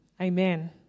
Amen